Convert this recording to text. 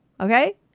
Okay